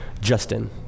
Justin